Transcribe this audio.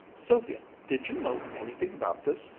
sylvia, did you know anything about this?